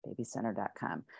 Babycenter.com